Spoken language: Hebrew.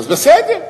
אז בסדר.